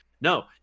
no